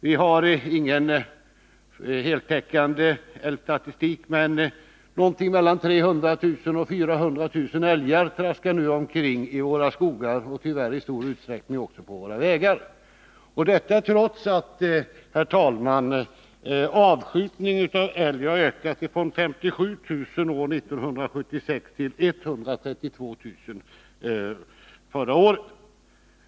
Vi har ingen heltäckande älgstatistik, men mellan 300 000 och 400 000 älgar traskar nu omkring i våra skogar och tyvärr i stor utsträckning också på våra vägar — detta trots att avskjutningen av älg har ökat från 57 000 år 1976 till 132 000 förra året.